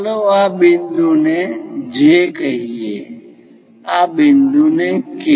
ચાલો આ બિંદુને J કહીએ આ બિંદુને K